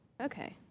okay